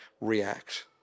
react